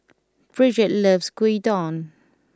Bridgett loves Gyudon